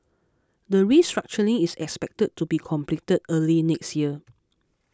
the restructuring is expected to be completed early next year